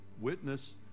witness